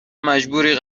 مجبوری